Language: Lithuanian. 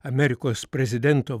amerikos prezidento